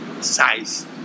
size